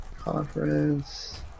Conference